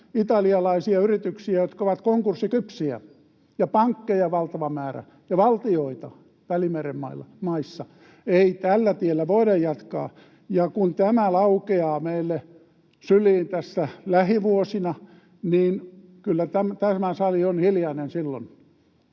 italialaisia yrityksiä, jotka ovat konkurssikypsiä, ja pankkeja valtava määrä ja Välimeren maiden valtioita. Ei tällä tiellä voida jatkaa, ja kun tämä laukeaa meille syliin tässä lähivuosina, niin kyllä tämä sali on hiljainen silloin.